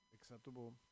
acceptable